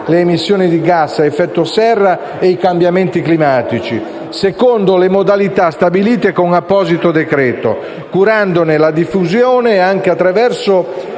le emissioni di gas a effetto serra e i cambiamenti climatici, secondo le modalità stabilite con apposito decreto, curandone la diffusione anche attraverso